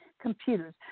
computers